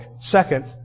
Second